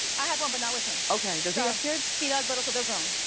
i have one, but not with him. okay, does he have kids? he does, but also they're grown,